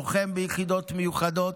לוחם ביחידות מיוחדות.